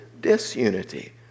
disunity